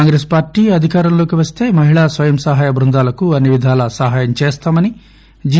Congress party అధికారంలోకి వస్తే మహిళా స్వయం సహాయ బృందాలకు అన్ని విధాలా సహాయం చేస్తామని జి